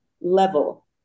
level